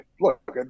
look